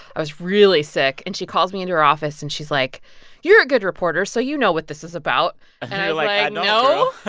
i was really sick. and she calls me into her office. and she's like you're a good reporter so you know what this is about. and i don't like know